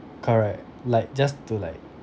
correct like just to like